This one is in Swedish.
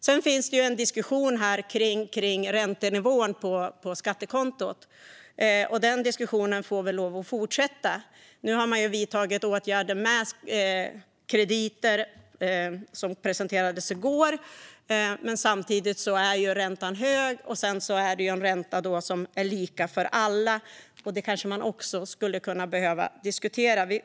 Sedan finns det en diskussion om räntenivån på skattekontot. Den diskussionen får fortsätta. Nu har man vidtagit åtgärder med krediter, som presenterades i går. Men samtidigt är räntan hög, och det är en ränta som är lika för alla. Det kanske man också skulle behöva diskutera.